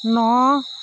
ন